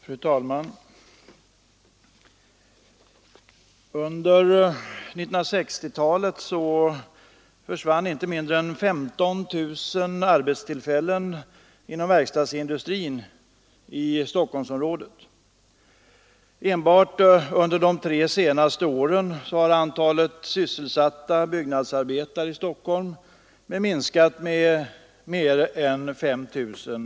Fru talman! Under 1960-talet försvann inte mindre än 15 000 arbetstillfällen inom verkstadsindustrin i Stockholmsområdet. Enbart under de tre senaste åren har antalet sysselsatta byggnadsarbetare i Stockholm minskat med mer än 5 000.